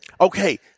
Okay